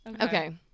Okay